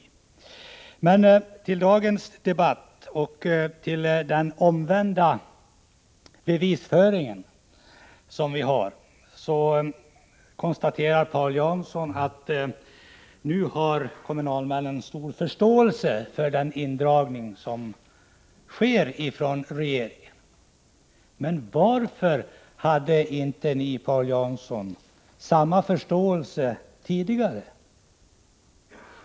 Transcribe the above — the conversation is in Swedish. I den debatt vi i dag för om bl.a. den omvända bevisföringen konstaterade Paul Jansson att kommunalmännen nu har stor förståelse för den indragning som sker från regeringens sida. Men varför hade inte ni samma förståelse tidigare, Paul Jansson?